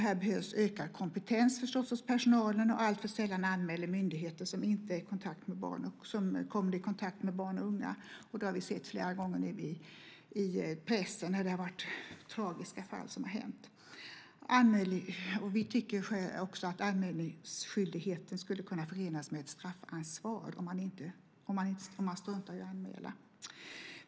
Här behövs förstås ökad kompetens hos personalen. Alltför sällan anmäler myndigheter som kommer i kontakt med barn och unga. Vi har flera gånger kunnat läsa i pressen om tragiska fall. Vi tycker också att anmälningsskyldigheten skulle kunna förenas med ett straffansvar om man struntar i att anmäla.